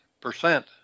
percent